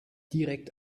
direkt